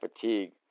fatigue